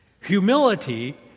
Humility